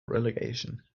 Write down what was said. relegation